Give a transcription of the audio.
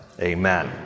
amen